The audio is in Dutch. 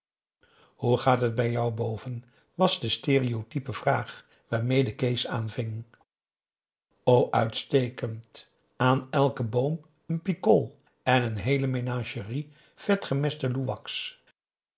hoe gaat het bij jou boven was de stéréotype vraag waarmede kees aanving o uitstekend aan elken boom een pikol en een heele menagerie vetgemeste